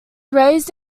raised